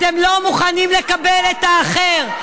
אתם לא מוכנים לקבל את האחר,